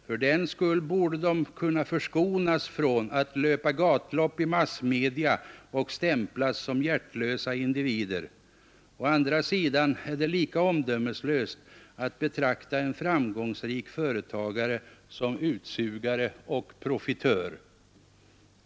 Fördenskull borde de kunna förskonas från att löpa gatlopp i massmedia och stämplas som hjärtlösa individer. Å andra sidan är det lika omdömeslöst att betrakta en framgångsrik företagare som utsugare och profitör.